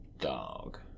Dog